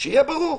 שיהיה ברור.